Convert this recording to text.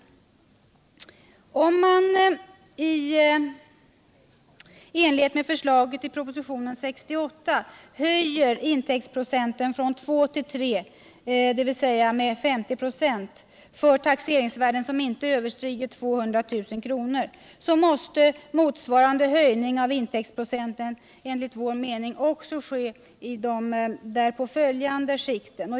inkomst av enoch Om man i enlighet med förslaget i proposition 68 höjer intäktspro = tvåfamiljsfastighecenten från 2 till 3, dvs. med 50 96, för taxeringsvärden som inte över = ter stiger 200 000 kr. måste motsvarande höjning av intäktsprocenten enligt vår mening ske också i de därpå följande skikten.